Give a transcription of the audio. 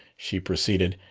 she proceeded.